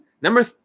Number